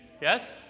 yes